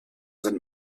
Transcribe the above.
sind